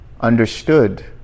understood